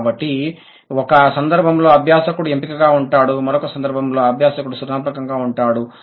కాబట్టి ఒక సందర్భంలో అభ్యాసకుడు ఎంపికగా ఉంటాడు మరొక సందర్భంలో అభ్యాసకుడు సృజనాత్మకంగా ఉంటాడు